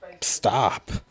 Stop